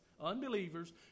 unbelievers